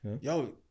Yo